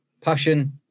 passion